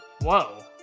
Whoa